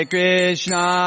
Krishna